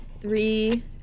three